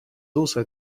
also